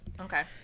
okay